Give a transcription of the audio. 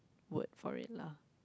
word for it lah